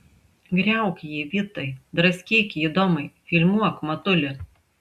griauk jį vitai draskyk jį domai filmuok matuli